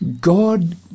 God